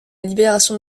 libération